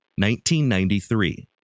1993